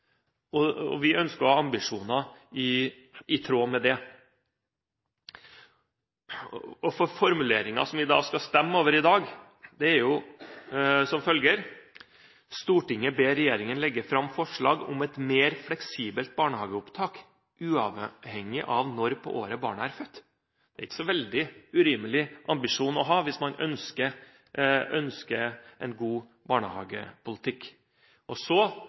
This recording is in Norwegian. en plass. Vi har ønsker og ambisjoner i tråd med det. Formuleringene som vi skal stemme over i dag, er jo som følger: «Stortinget ber regjeringen legge frem forslag om et mer fleksibelt barnehageopptak uavhengig av når på året barnet er født.» Det er ikke en veldig urimelig ambisjon å ha hvis man ønsker en god barnehagepolitikk.